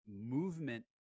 movement